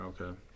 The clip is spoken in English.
okay